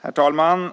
Herr talman!